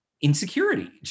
insecurity